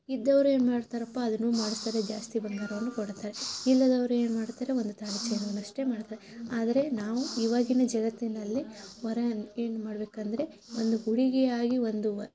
ಇದ್ದವ್ರು ಏನು ಮಾಡ್ತಾರಪ್ಪ ಅದನ್ನೂ ಮಾಡಿಸ್ತಾರೆ ಜಾಸ್ತಿ ಬಂಗಾರವನ್ನು ಕೊಡ್ತಾರೆ ಇಲ್ಲದವರು ಏನು ಮಾಡ್ತಾರೆ ಒಂದು ತಾಳಿ ಚೈನನ್ನು ಅಷ್ಟೇ ಮಾಡ್ತಾರೆ ಆದರೆ ನಾವು ಇವಾಗಿನ ಜಗತ್ತಿನಲ್ಲಿ ವರ ಏನು ಮಾಡ್ಬೇಕು ಅಂದರೆ ಒಂದು ಹುಡುಗಿಯಾಗಿ ಒಂದು ವ